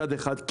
מצד אחד,